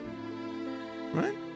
Right